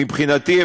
מבחינתי,